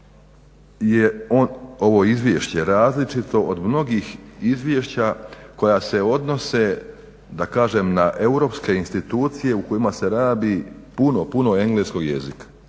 je ovo Izvješće različito od mnogih izvješća koja se odnose da kažem na europske institucije u kojima se rabi puno, puno engleskog jezika.